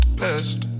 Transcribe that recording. best